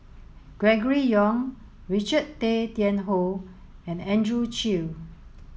Gregory Yong Richard Tay Tian Hoe and Andrew Chew